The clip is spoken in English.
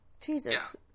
jesus